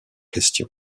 questions